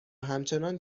همچنان